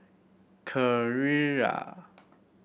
Carrera